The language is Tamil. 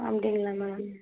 அப்படிங்களா மேம்